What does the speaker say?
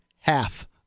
half